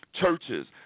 Churches